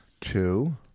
Two